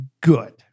good